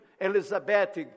Elizabeth